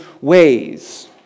ways